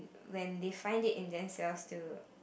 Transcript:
when they find it in themselves to